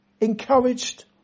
encouraged